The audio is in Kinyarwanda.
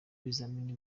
ibizamini